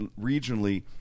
regionally